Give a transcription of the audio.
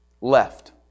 left